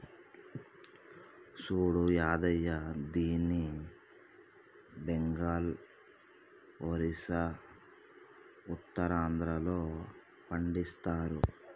సూడు యాదయ్య దీన్ని బెంగాల్, ఒరిస్సా, ఉత్తరాంధ్రలో పండిస్తరు